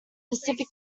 pacific